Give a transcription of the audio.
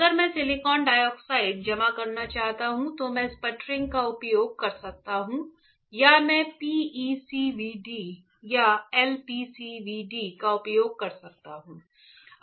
अगर मैं silicon dioxide जमा करना चाहता हूं तो मैं स्पटरिंग का उपयोग कर सकता हूं या मैं PECVD या LPCVD का उपयोग कर सकता हूं